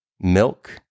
milk